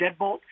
deadbolt